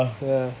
ya